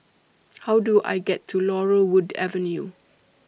How Do I get to Laurel Wood Avenue